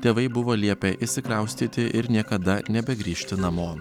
tėvai buvo liepę išsikraustyti ir niekada nebegrįžti namo